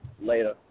Later